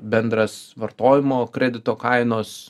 bendras vartojimo kredito kainos